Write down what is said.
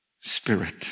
spirit